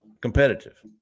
competitive